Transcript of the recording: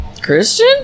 Christian